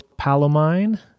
Palomine